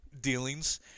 dealings